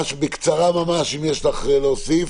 בקצרה ממש, אם יש לך משהו להוסיף.